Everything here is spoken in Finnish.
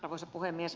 arvoisa puhemies